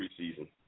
Preseason